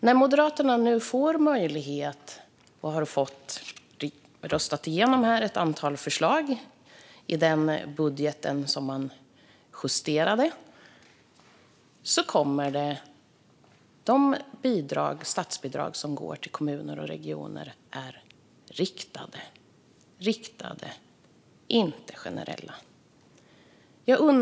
När Moderaterna nu har fått möjlighet att göra förändringar genom att ett antal förslag har röstats igenom i den justerade budgeten kommer de statsbidrag som går till kommuner och regioner att vara riktade och inte generella.